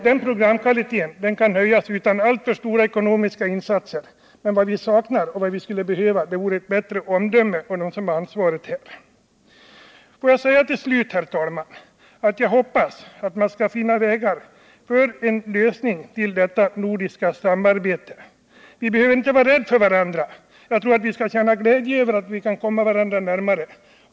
Den kan höjas utan alltför stora ekonomiska insatser. Vad vi skulle behöva är ett bättre omdöme hos dem som har ansvaret för svensk TV. Till slut, herr talman, hoppas jag man skall finna vägar för en lösning av detta nordiska samarbete. Vi behöver inte vara rädda för varandra. Vi bör känna glädje över att kunna komma varandra närmare.